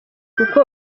kuko